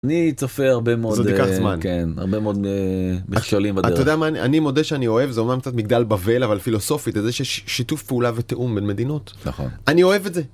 אני צופה הרבה מאוד, זה עוד יקח זמן, כן הרבה מאוד מכשולים בדרך. אתה יודע מה, אני מודה שאני אוהב, זה אמנם קצת מגדל בבל אבל פילוסופית, את זה שיש שיתוף פעולה ותיאום בין מדינות אני אוהב את זה.